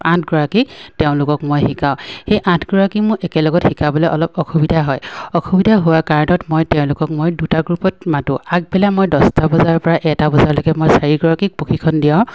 আঠগৰাকী তেওঁলোকক মই শিকাওঁ সেই আঠগৰাকী মোৰ একেলগত শিকাবলে অলপ অসুবিধা হয় অসুবিধা হোৱা কাৰণত মই তেওঁলোকক মই দুটা গ্ৰুপত মাতোঁ আগ বেলা মই দছটা বজাৰ পৰা এটা বজালৈকে মই চাৰিগৰাকীক প্ৰশিক্ষণ দিয়াওঁ